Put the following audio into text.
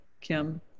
kim